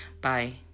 bye